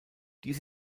dies